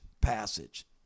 passage